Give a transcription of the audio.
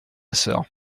sœur